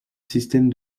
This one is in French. système